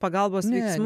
pagalbos veiksmų